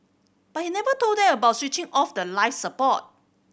but he never told them about switching off the life support